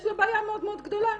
יש לה בעיה מאוד מאוד גדולה,